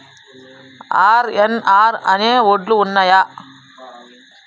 RNR అనే వడ్లు ఉన్నయా?